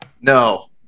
No